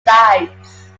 sides